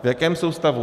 V jakém jsou stavu?